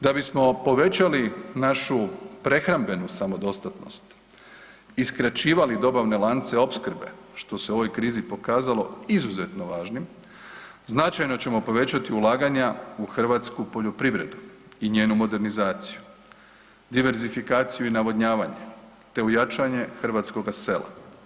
Da bismo povećali našu prehrambenu samodostatnost i skraćivali dobavne lance opskrbe što se u ovoj krizi pokazalo izuzetno važnim značajno ćemo povećati ulaganja u hrvatsku poljoprivredu i njenu modernizaciju, diverzifikaciju i navodnjavanje te u jačanje hrvatskoga sela.